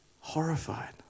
horrified